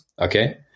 okay